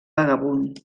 vagabund